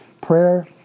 Prayer